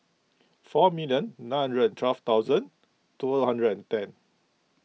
four million nine hundred and twelve thousand two hundred and ten